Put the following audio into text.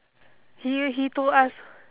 he he told us